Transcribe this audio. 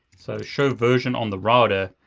so show version on the router,